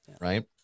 right